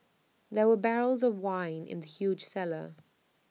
there were barrels of wine in the huge cellar